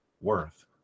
worth